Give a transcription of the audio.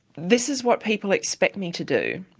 this is what people expect me to do,